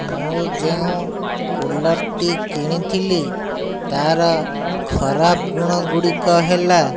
ମୁଁ ଯେଉଁ କୁଲର୍ ଟି କିଣିଥିଲି ତା'ର ଖରାପ ଗୁଣ ଗୁଡ଼ିକ ହେଲା